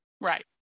Right